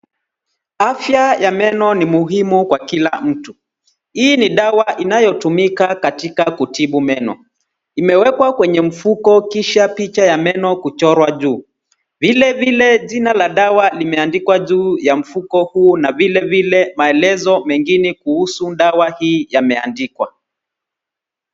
Afya ya meno ni muhimu kwa kila mtu. Hii ni dawa inayotumika katika kutibu meno. Imewekwa kwenye mfuko kisha picha ya meno kuchorwa uu. Vilevile jina la dawa limeandikwa juu ya mfuko huu na vilevile maelezo mengine kuhusu dawa hii yameandikwa.